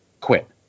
quit